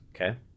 okay